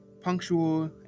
punctual